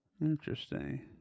Interesting